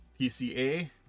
PCA